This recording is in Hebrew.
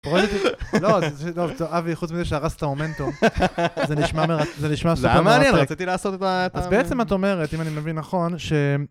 לא, אבי, חוץ מזה שהרסת את המומנטום, זה נשמע סופר מרתק, אז בעצם את אומרת, אם אני מבין נכון, ש...